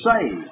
saved